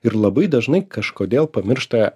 ir labai dažnai kažkodėl pamiršta